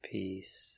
Peace